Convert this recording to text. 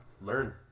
Learn